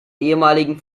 ehemaligen